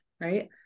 right